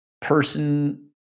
person